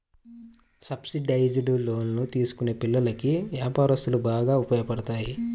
subsidised లోన్లు చదువుకునే పిల్లలకి, వ్యాపారస్తులకు బాగా ఉపయోగపడతాయి